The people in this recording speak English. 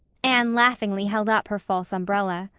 anne laughingly held up her false umbrella.